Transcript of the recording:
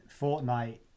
Fortnite